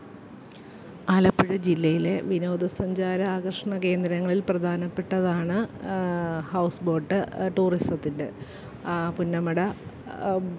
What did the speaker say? ആലപ്പുഴ ജില്ലയിലെ വിനോദ സഞ്ചാര ആകർഷണ കേന്ദ്രങ്ങളിൽ പ്രധാനപ്പെട്ടതാണ് ഹൗസ്ബോട്ട് ടൂറിസത്തിന്റെ പുന്നമട